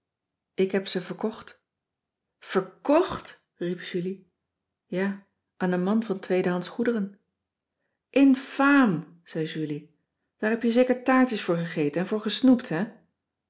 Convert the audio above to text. ik heb ze verkocht verkocht riep julie ja aan een man van tweedehands goederen infaam zei julie daar heb je zeker taartjes voor gegeten en voor gesnoept hé